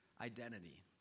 identity